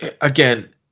again